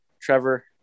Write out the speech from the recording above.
Trevor